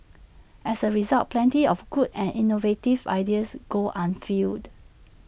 as A result plenty of good and innovative ideas go unfulfilled